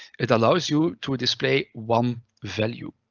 it allows you to display one value,